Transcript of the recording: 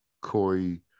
Corey